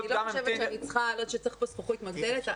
אני לא חושבת שצריך פה זכוכית מגדלת.